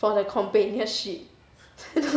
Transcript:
for the companionship